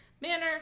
manner